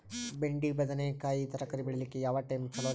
ಬೆಂಡಿ ಬದನೆಕಾಯಿ ತರಕಾರಿ ಬೇಳಿಲಿಕ್ಕೆ ಯಾವ ಟೈಮ್ ಚಲೋರಿ?